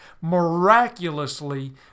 miraculously